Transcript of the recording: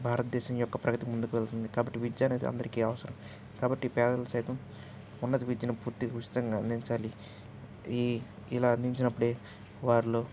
భారతదేశం యొక్క ప్రగతి ముందుకు వెళుతుంది కాబట్టి విద్య అనేది అందరికీ అవసరం కాబట్టి పేదలు సైతం ఉన్నత విద్యను పూర్తి ఉచితంగా అందించాలి ఈ ఇలా అందించినప్పుడే వారిలో